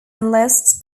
analysts